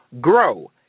Grow